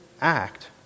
act